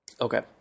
Okay